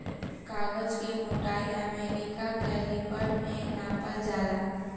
कागज के मोटाई अमेरिका कैलिपर में नापल जाला